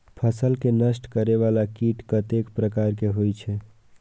फसल के नष्ट करें वाला कीट कतेक प्रकार के होई छै?